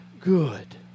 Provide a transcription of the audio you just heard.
good